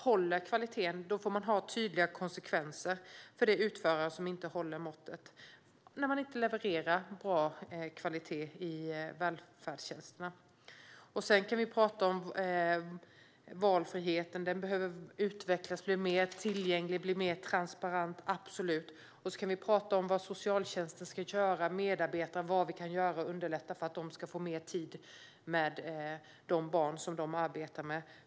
När någon utförare inte har en hög kvalitet, inte håller måttet, i välfärdstjänsterna ska det finnas tydliga konsekvenser. Vi kan absolut tala om valfriheten som behöver utvecklas och bli mer tillgänglig och transparent. Och vi kan tala om hur socialtjänsten kan underlätta för medarbetarna och vad den kan göra för att de ska få mer tid med de barn som de arbetar med.